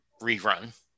rerun